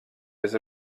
bez